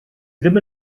ddim